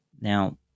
Now